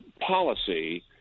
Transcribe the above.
policy